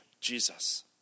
Jesus